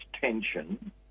tension